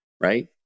Right